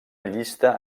llista